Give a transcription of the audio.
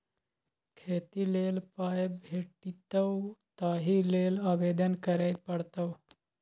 खेती लेल पाय भेटितौ ताहि लेल आवेदन करय पड़तौ